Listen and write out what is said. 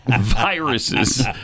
viruses